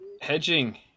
hedging